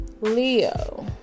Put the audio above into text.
leo